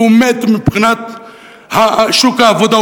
והוא מת מבחינת שוק העבודה,